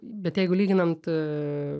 bet jeigu lyginant